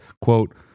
Quote